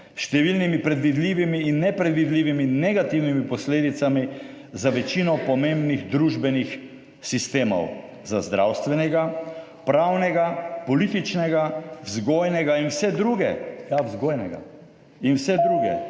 številnimi predvidljivimi in nepredvidljivimi negativnimi posledicami za večino pomembnih družbenih sistemov, za zdravstvenega, pravnega, političnega, vzgojnega in vse druge. Ja, vzgojnega in vse druge,